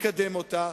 מקדם אותה.